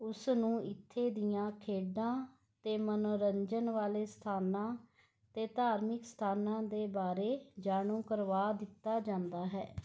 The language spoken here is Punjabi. ਉਸ ਨੂੰ ਇੱਥੇ ਦੀਆਂ ਖੇਡਾਂ ਅਤੇ ਮੰਨੋਰੰਜਨ ਵਾਲੇ ਸਥਾਨਾਂ ਅਤੇ ਧਾਰਮਿਕ ਸਥਾਨਾਂ ਦੇ ਬਾਰੇ ਜਾਣੂ ਕਰਵਾ ਦਿੱਤਾ ਜਾਂਦਾ ਹੈ